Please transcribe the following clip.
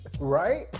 Right